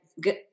good